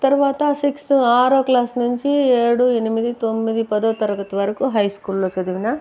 తరువాత సిక్స్త్ ఆరో క్లాస్ నుంచి ఏడు ఎనిమిది తొమ్మిది పదో తరగతి వరకు హై స్కూల్లో చదివినా